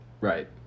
Right